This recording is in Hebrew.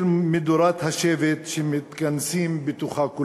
של מדורת השבט שכולם מתכנסים בתוכה.